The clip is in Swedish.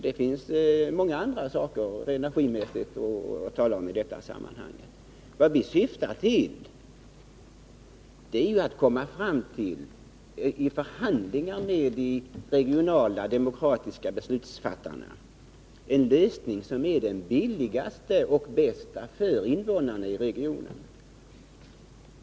Det finns även många andra saker att tala om, även energimässigt, i detta sammanhang. Vad vi syftar till är ju att i förhandlingar med de demokratiskt valda regionala beslutsfattarna komma fram till en lösning som är den billigaste och bästa för invånarna i regionen.